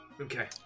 Okay